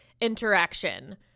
interaction